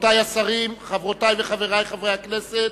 רבותי השרים, חברותי וחברי חברי הכנסת,